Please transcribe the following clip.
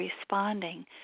responding